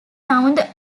sound